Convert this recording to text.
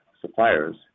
suppliers